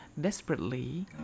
desperately